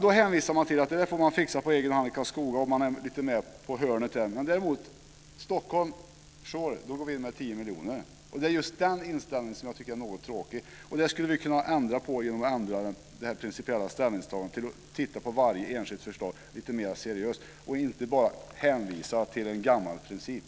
Då hänvisar man till att de får fixa detta på egen hand i Karlskoga, och man är med lite grann på ett hörn. När det däremot gäller Stockholm går man in med 10 miljoner. Det är just den inställningen som jag tycker är något tråkig. Detta skulle vi kunna ändra på genom att ändra det här principiella ställningstagandet, så att man tittar på varje enskilt förslag lite mera seriöst och inte bara hänvisar till en gammal princip.